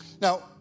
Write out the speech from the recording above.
Now